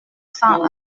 cent